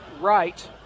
right